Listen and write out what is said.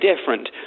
different